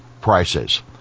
prices